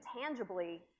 tangibly